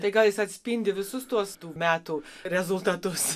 tai gal jis atspindi visus tuos tų metų rezultatus